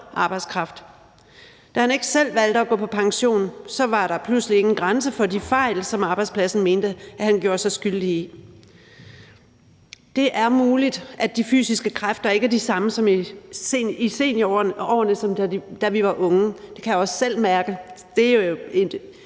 arbejdskraft. Da han ikke selv valgte at gå på pension, var der pludselig ingen grænser for de fejl, som arbejdspladsen mente han gjorde sig skyldig i. Det er muligt, at de fysiske kræfter ikke er de samme i seniorårene som i ungdomsårene – det kan jeg også selv mærke. Det er jo en